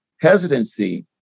Hesitancy